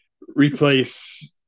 replace